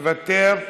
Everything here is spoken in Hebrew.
מוותר.